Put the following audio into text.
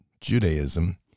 Judaism